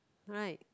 right